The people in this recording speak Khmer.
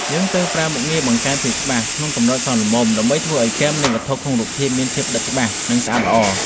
យើងត្រូវប្រើមុខងារ បង្កើនភាពច្បាស់ ក្នុងកម្រិតសមល្មមដើម្បីធ្វើឱ្យគែមនៃវត្ថុក្នុងរូបភាពមានភាពដិតច្បាស់ និងស្អាតល្អ។